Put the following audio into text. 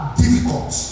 difficult